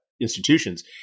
institutions